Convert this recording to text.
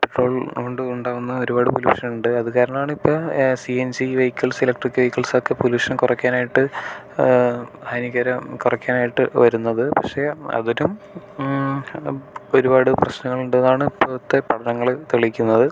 പെട്രോൾകൊണ്ട് ഉണ്ടാകുന്ന ഒരുപാട് പൊല്യൂഷനുണ്ട് അത് കാരണമാണ് ഇപ്പോൾ C N G vehicles electric വെഹിക്കിൾസൊക്കെ പൊലൂഷൻ കുറയ്ക്കാനായിട്ട് ഹാനികരം കുറയ്ക്കാനായിട്ട് വരുന്നത് പക്ഷെ അവരും ഒരുപാട് പ്രശ്നങ്ങളുണ്ടെന്നാണ് ഇപ്പോഴത്തെ പഠനങ്ങൾ തെളിയിക്കുന്നത്